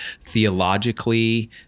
theologically